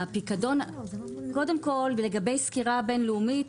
קודם כל לגבי סקירה בין לאומית